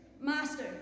Master